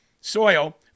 soil